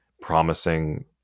promising